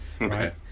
Right